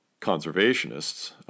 conservationists